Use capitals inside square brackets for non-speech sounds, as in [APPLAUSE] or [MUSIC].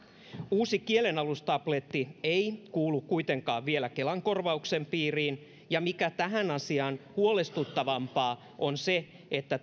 uusi kielenalustabletti ei kuulu kuitenkaan vielä kelan korvauksen piiriin ja se mikä tässä asiassa huolestuttavampaa on on se että [UNINTELLIGIBLE]